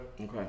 Okay